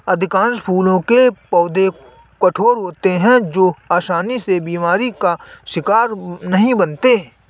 अधिकांश फूलों के पौधे कठोर होते हैं जो आसानी से बीमारी का शिकार नहीं बनते